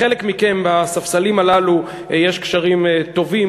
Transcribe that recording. לחלק מכם בספסלים הללו יש קשרים טובים